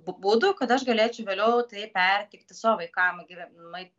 būdu kad aš galėčiau vėliau tai perteikti savo vaikams geram maistui